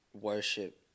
worship